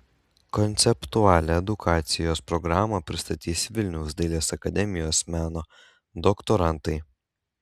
konceptualią edukacijos programą pristatys vilniaus dailės akademijos meno doktorantai